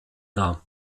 dar